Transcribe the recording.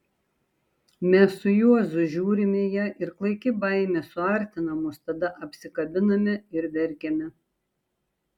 mes su juozu žiūrime į ją ir klaiki baimė suartina mus tada apsikabiname ir verkiame